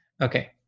Okay